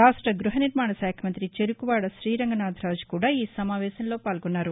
రాష్ట గృహనిర్మాణ శాఖ మంతి చెరకువాడ శ్రీరంగనాథరాజు కూడా ఈ సమావేశంలో పాల్గొన్నారు